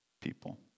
people